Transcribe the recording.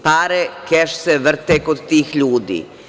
Pare, keš, se vrate kod tih ljudi.